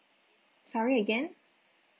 sorry again